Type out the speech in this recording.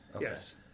Yes